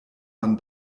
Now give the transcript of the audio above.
man